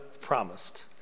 promised